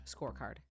scorecard